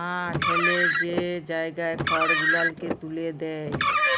হাঁ ঠ্যালে যে জায়গায় খড় গুলালকে ত্যুলে দেয়